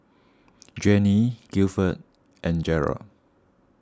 Jenny Guilford and Garold